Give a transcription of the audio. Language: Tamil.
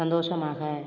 சந்தோஷமாக